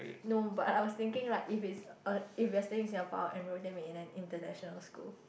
no but I was thinking like if it's uh if we're staying in Singapore I'll enrol them in an international school